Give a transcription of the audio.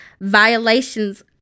violations